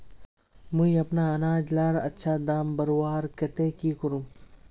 मुई अपना अनाज लार अच्छा दाम बढ़वार केते की करूम?